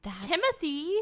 timothy